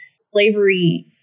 Slavery